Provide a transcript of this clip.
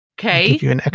okay